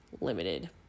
limited